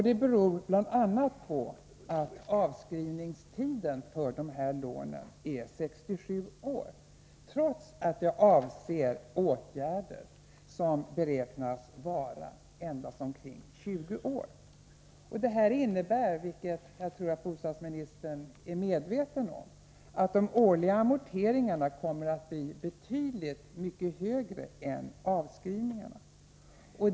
Detta beror bl.a. på att avskrivningstiden för dessa lån är 67 år, trots att de avser åtgärder som beräknas vara endast omkring 20 år. Detta innebär, vilket jag tror bostadsministern är medveten om, att de årliga amorteringarna kommer att bli betydligt högre än avskrivningarna.